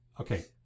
Okay